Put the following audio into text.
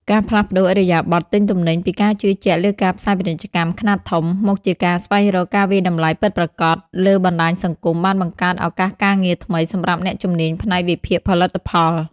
ការផ្លាស់ប្តូរឥរិយាបថទិញទំនិញពីការជឿជាក់លើការផ្សាយពាណិជ្ជកម្មខ្នាតធំ មកជាការស្វែងរកការវាយតម្លៃពិតប្រាកដលើបណ្តាញសង្គម បានបង្កើតឱកាសការងារថ្មីសម្រាប់អ្នកជំនាញផ្នែកវិភាគផលិតផល។